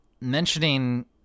mentioning